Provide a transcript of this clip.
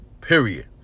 period